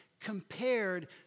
compared